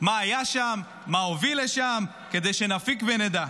מה היה שם, מה הוביל לשם, כדי שנפיק ונדע.